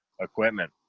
equipment